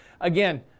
Again